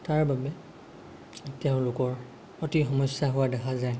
তাৰ বাবে তেওঁলোকৰ অতি সমস্যা হোৱা দেখা যায়